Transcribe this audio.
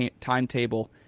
timetable